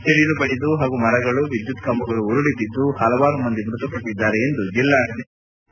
ಸಿಡಿಲು ಬಡಿದು ಹಾಗೂ ಮರಗಳು ವಿದ್ಯುತ್ ಕಂಬಗಳು ಉರುಳಿ ಬಿದ್ದು ಹಲವಾರು ಮಂದಿ ಮೃತ ಪಟ್ಟದ್ಗಾರೆ ಎಂದು ಜಿಲ್ಲಾಡಳಿತ ತಿಳಿಸಿದೆ